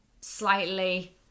Slightly